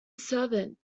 servant